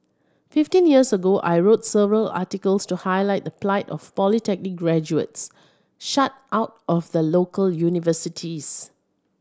fifteen years ago I wrote several articles to highlight the plight of polytechnic graduates shut out of the local universities